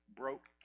broke